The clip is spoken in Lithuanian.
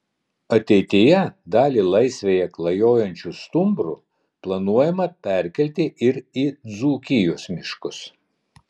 ateityje dalį laisvėje klajojančių stumbrų planuojama perkelti ir į dzūkijos miškus